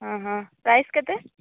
ହଁ ହଁ ପ୍ରାଇସ୍ କେତେ